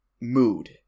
mood